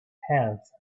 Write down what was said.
tenth